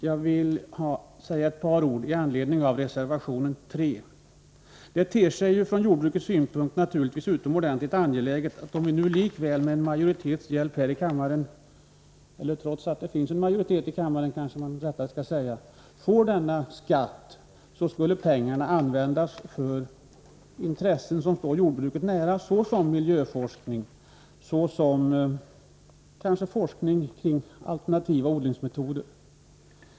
Jag vill säga ett par ord med anledning av reservation 3. Om vi nu likväl med en majoritets hjälp här i kammaren — eller trots att det finns en majoritet i kammaren, kanske man rättare skall säga — får denna skatt, är det från jordbrukets synpunkt naturligtvis utomordentligt angeläget att pengarna används för intressen som står jordbruket nära, t.ex. miljöforskning och forskning kring alternativa odlingsmetoder.